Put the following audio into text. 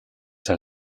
han